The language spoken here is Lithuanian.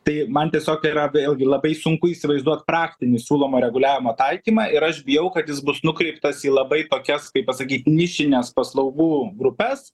tai man tiesiog yra vėlgi labai sunku įsivaizduot praktinį siūlomo reguliavimo taikymą ir aš bijau kad jis bus nukreiptas į labai tokias kaip pasakyt nišines paslaugų grupes